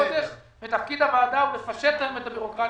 תפקיד הוועדה הוא לפשט להן את הבירוקרטיה,